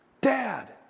Dad